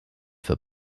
für